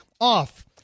off